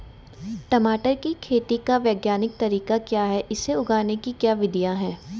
टमाटर की खेती का वैज्ञानिक तरीका क्या है इसे उगाने की क्या विधियाँ हैं?